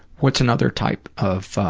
what's another type of